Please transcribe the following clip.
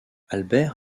albert